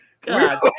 God